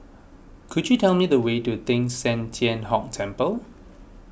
could you tell me the way to Teng San Tian Hock Temple